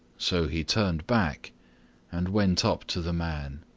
so he turned back and went up to the man.